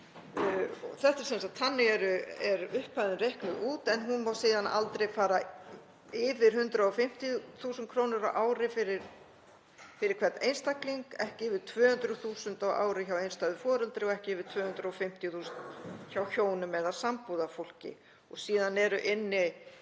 þarna undir líka. Þannig er upphæðin reiknuð út en hún má síðan aldrei fara yfir 150.000 kr. á ári fyrir hvern einstakling, ekki yfir 200.000 kr. á ári hjá einstæðu foreldri og ekki yfir 250.000 kr. hjá hjónum eða sambúðarfólki og síðan eru eigna-